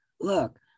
look